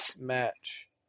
match